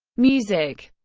music